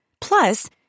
Plus